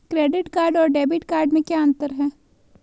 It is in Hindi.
क्रेडिट कार्ड और डेबिट कार्ड में क्या अंतर है?